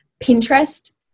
Pinterest